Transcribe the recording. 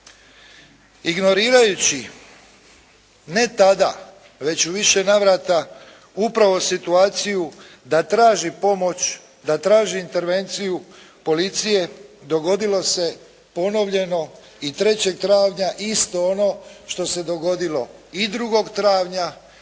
Ignorirajući ne tada već u više navrata upravo situaciju da traži pomoć, da traži intervenciju policije dogodilo se ponovljeno i trećeg travnja isto ono što se dogodilo i 2. travnja,